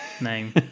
name